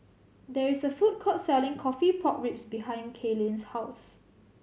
there is a food court selling coffee pork ribs behind Kaylin's house